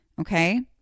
Okay